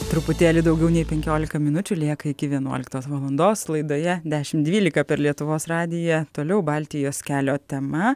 truputėlį daugiau nei penkiolika minučių lieka iki vienuoliktos valandos laidoje dešim dvylika per lietuvos radiją toliau baltijos kelio tema